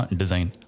design